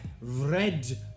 red